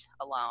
alone